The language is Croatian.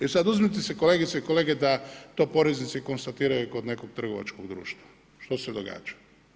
E sada uzmite si kolege i kolegice da to poreznici konstatiraju kod nekog trgovačkog društva, što se događa?